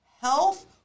health